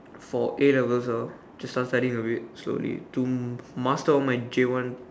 for A-Levels ah just start studying a bit slowly to master all my J one